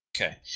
Okay